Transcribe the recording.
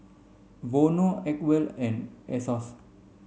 Vono Acwell and Asos